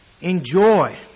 enjoy